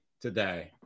today